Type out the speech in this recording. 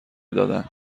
دادن